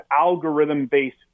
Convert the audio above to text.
algorithm-based